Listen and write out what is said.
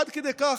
עד כדי כך,